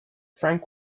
frank